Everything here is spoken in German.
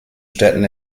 städten